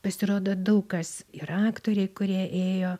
pasirodo daug kas ir aktoriai kurie ėjo